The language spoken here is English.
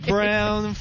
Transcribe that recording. Brown